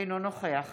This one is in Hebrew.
אינו נוכח